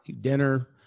dinner